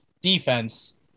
defense